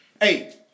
Hey